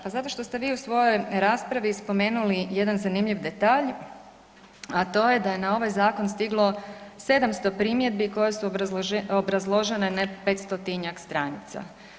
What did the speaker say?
Pa zato što ste vi u svojoj raspravi spomenuli jedan zanimljivi detalj, a to je da je na ovaj zakon stiglo 700 primjedbi koje su obrazložene na 500-tinjak stranica.